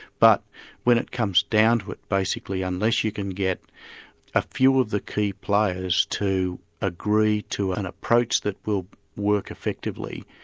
but when it comes down to it, basically, unless you can get a few of the key players to agree to an approach that will work effectively,